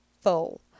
full